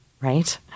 right